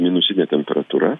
minusinė temperatūra